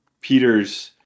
Peter's